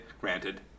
granted